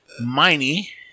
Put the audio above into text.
Miney